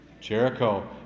Jericho